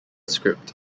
script